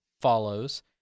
follows